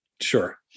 Sure